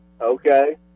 Okay